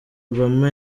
obama